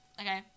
Okay